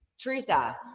Teresa